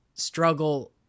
struggle